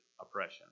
oppression